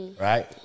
Right